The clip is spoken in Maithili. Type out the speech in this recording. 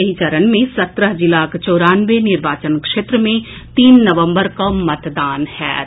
एहि चरण मे सत्रह जिलाक चौरानवे निर्वाचन क्षेत्र मे तीन नवंबर कऽ मतदान होयत